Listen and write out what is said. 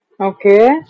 Okay